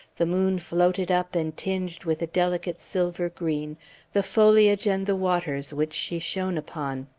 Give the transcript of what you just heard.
the moon floated up and tinged with a delicate silver green the foliage and the waters which she shone upon.